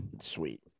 Sweet